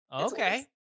Okay